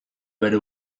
bere